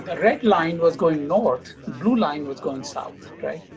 but red line was going north, blue line was going south, right?